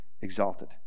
exalted